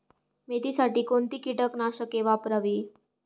मेथीसाठी कोणती कीटकनाशके वापरावी?